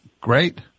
Great